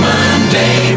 Monday